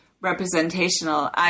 representational